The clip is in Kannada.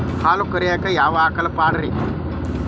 ಹಾಲು ಕರಿಯಾಕ ಯಾವ ಆಕಳ ಪಾಡ್ರೇ?